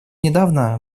недавно